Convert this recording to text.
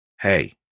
Hey